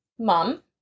mom